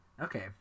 Okay